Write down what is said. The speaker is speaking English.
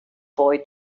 boy